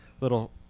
little